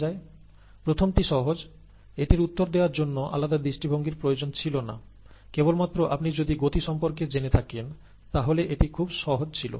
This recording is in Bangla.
প্রথমটি সহজ এটি উত্তর দেওয়ার জন্য আলাদা দৃষ্টিভঙ্গির প্রয়োজন ছিলনা কেবলমাত্র আপনি যদি গতি সম্পর্কে জেনে থাকেন্ তাহলে এটি খুব সহজ ছিল